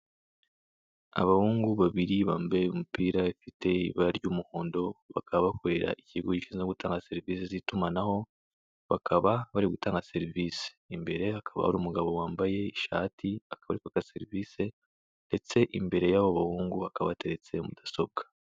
Abahungu babiri bambaye imipira ifite ibara ry'umuhondo bakaba bakorera ikigo gishinzwe gutanga serivisi z'itumanaho, bakaba bari gutanga serivisi. Imbere hakaba hari umugabo wambaye ishati akaba ari kwaka serivisi ndetse imbere y'aba bahungu hakaba hateretse mudasobwa.